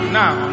now